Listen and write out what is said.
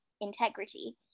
integrity